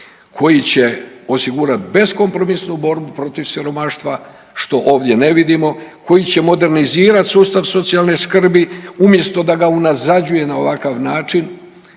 koji će osigurat beskompromisnu borbu protiv siromaštva, što ovdje ne vidimo, koji će modernizirat sustav socijalne skrbi umjesto da ga unazađuje na ovakav način